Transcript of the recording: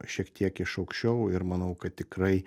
šiek tiek iš aukščiau ir manau kad tikrai